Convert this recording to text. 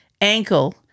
ankle